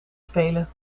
spelen